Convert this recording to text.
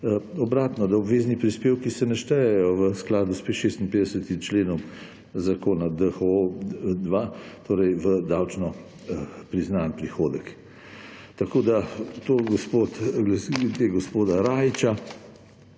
obvezni prispevki ne štejejo v skladu s 56. členom Zakona DHO-2, torej v davčno priznan prihodek. Tako, glede gospoda Rajića.